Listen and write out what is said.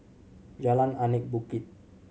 Jalan Anak Bukit